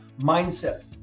mindset